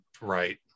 right